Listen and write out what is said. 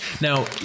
Now